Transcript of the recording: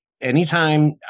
Anytime